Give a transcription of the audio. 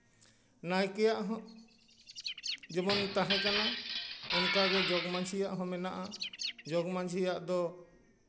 ᱱᱟᱭᱠᱮᱭᱟᱜ ᱡᱮᱢᱚᱱ ᱛᱟᱦᱮᱸ ᱠᱟᱱᱟ ᱚᱱᱠᱟᱜᱮ ᱡᱚᱜᱽ ᱢᱟᱺᱡᱷᱤᱭᱟᱜ ᱦᱚᱸ ᱢᱮᱱᱟᱜᱼᱟ ᱡᱚᱜᱽ ᱢᱟᱺᱡᱷᱤᱭᱟᱜ ᱫᱚ